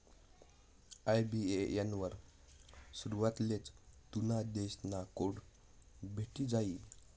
IBAN वर सुरवातलेच तुना देश ना कोड भेटी जायी